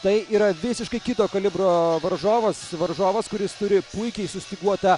tai yra visiškai kito kalibro varžovas varžovas kuris turi puikiai sustyguotą